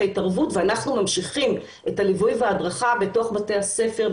ההתערבות ואנחנו ממשיכים את הליווי וההדרכה בתוך בתי הספר,